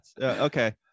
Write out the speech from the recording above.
Okay